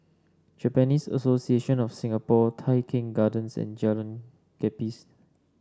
Japanese Association of Singapore Tai Keng Gardens and Jalan Gapis